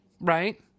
right